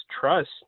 trust